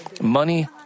money